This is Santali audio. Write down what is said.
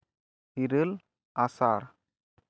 ᱤᱨᱟᱹᱞ ᱟᱥᱟᱲ